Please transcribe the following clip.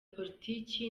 politiki